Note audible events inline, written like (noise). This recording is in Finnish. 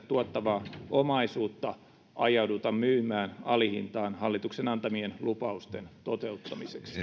tuottavaa omaisuutta ajauduta myymään alihintaan hallituksen antamien lupausten toteuttamiseksi (unintelligible)